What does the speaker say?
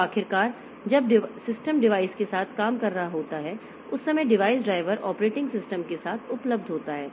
तो आखिरकार जब सिस्टम डिवाइस के साथ काम कर रहा होता है उस समय डिवाइस ड्राइवर ऑपरेटिंग सिस्टम के साथ उपलब्ध होता है